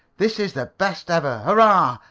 this is the best ever! hurrah!